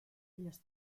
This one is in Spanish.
los